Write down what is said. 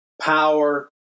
power